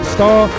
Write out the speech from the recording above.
Star